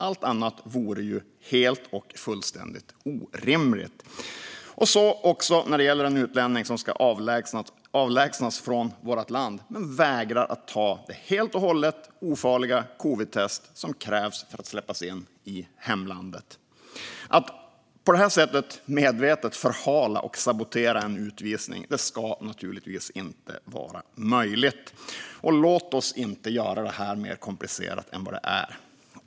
Allt annat vore helt och fullständigt orimligt, så också när det gäller en utlänning som ska avlägsnas från vårt land men vägrar ta det helt och hållet ofarliga covidtest som krävs för att släppas in i hemlandet. Att på det här sättet medvetet förhala och sabotera en utvisning ska naturligtvis inte vara möjligt. Låt oss inte göra det här mer komplicerat än vad det är.